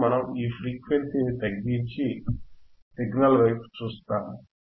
ఇప్పుడు మనం ఈ ఫ్రీక్వెన్సీని తగ్గించి సిగ్నల్ వైపు చూస్తాము